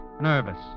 nervous